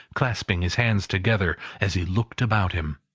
clasping his hands together, as he looked about him.